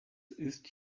ist